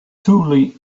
tully